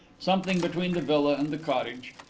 something between the villa and the cottage,